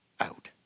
out